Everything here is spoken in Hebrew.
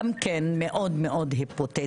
גם כן מאוד מאוד היפותטי.